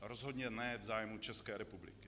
Rozhodně ne v zájmu České republiky.